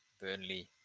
Burnley